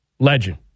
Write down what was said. Legend